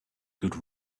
good